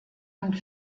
und